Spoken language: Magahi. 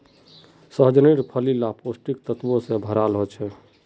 सह्जानेर फली ला पौष्टिक तत्वों से भराल होचे